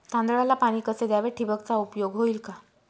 तांदळाला पाणी कसे द्यावे? ठिबकचा उपयोग होईल का?